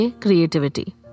creativity